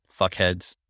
Fuckheads